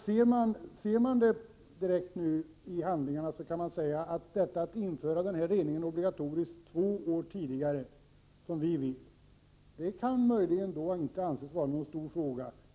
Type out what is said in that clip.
Ser man till vad som står i handlingarna, att vi vill införa obligatorisk rening två år tidigare, kan det möjligen sägas att detta inte är någon stor fråga.